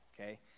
okay